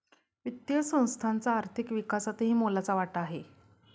वित्तीय संस्थांचा आर्थिक विकासातही मोलाचा वाटा आहे